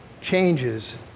changes